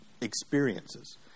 experiences